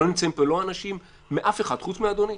ולא נמצאים פה לא אנשים מאף אחד, חוץ מאדוני,